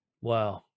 Wow